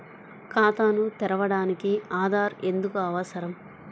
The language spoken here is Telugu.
ఖాతాను తెరవడానికి ఆధార్ ఎందుకు అవసరం?